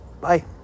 bye